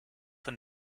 von